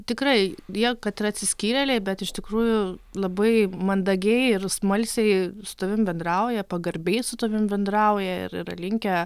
tikrai jie kad ir atsiskyrėliai bet iš tikrųjų labai mandagiai ir smalsiai su tavim bendrauja pagarbiai su tavim bendrauja ir yra linkę